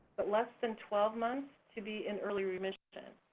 but less than twelve months to be in early remission.